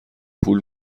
پول